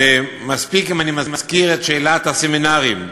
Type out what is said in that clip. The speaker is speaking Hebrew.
ומספיק שאזכיר את שאלת הסמינרים,